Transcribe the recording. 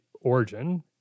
origin